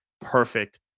perfect